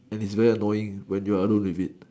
and is very annoying when you alone with it